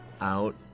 out